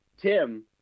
Tim